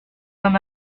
d’un